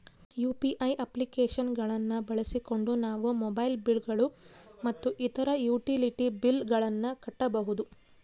UPI application ಗಳನ್ನ ಬಳಸಿಕೊಂಡು ನಾವು ಮೊಬೈಲ್ ಬಿಲ್ ಗಳು ಮತ್ತು ಇತರ ಯುಟಿಲಿಟಿ ಬಿಲ್ ಗಳನ್ನ ಕಟ್ಟಬಹುದು